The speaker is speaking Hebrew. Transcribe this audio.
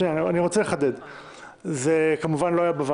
זה כמובן לא היה בוועדה.